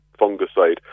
fungicide